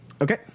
Okay